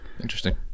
interesting